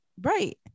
Right